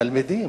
תלמידים.